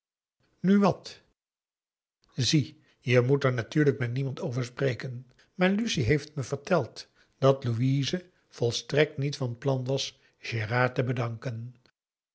nu wat zie je moet er natuurlijk met niemand over spreken maar lucie heeft me verteld dat louise volstrekt niet van plan was gérard te bedanken